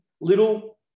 little